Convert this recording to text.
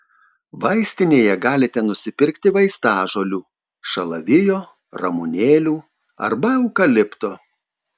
vaistinėje galite nusipirkti vaistažolių šalavijo ramunėlių arba eukalipto